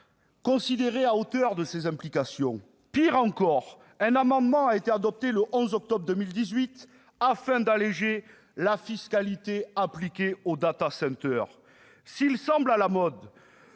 considéré à hauteur de ses implications. Pis encore, un amendement a été adopté le 11 octobre 2018, afin d'alléger la fiscalité applicable aux data centers. S'il est à la mode